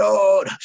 Lord